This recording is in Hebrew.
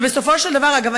ואגב,